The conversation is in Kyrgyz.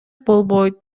болбойт